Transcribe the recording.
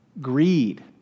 greed